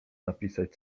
napisać